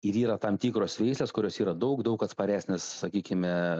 ir yra tam tikros veislės kurios yra daug daug atsparesnės sakykime